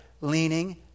leaning